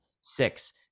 Six